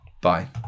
Bye